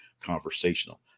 conversational